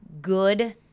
good